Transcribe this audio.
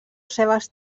cebes